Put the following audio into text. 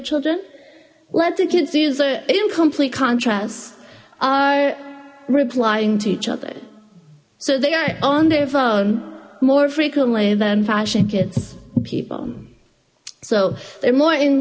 children let the kids use their incomplete contrasts are replying to each other so they are on their phone more frequently than fashion kids people so they're more in